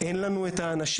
אין לנו האנשים.